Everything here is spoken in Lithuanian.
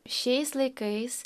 šiais laikais